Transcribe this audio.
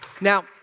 Now